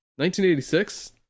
1986